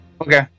Okay